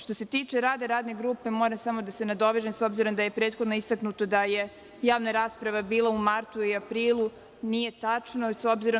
Što se tiče rada radne grupe, moram da se nadovežem s obzirom da je prethodno istaknuto da je javna rasprava bila u martu i aprilu, nije tačno.